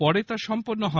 পরে তা সম্পন্ন হয়